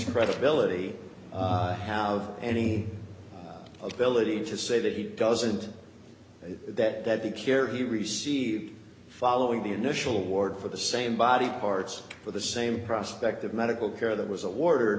credibility have any ability to say that he doesn't that that the care he received following the initial ward for the same body parts for the same prospect of medical care that was awa